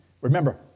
Remember